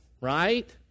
right